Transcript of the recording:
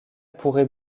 pourrait